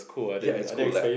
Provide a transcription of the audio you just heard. ya it's cool like